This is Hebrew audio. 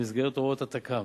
במסגרת הוראות התכ"ם,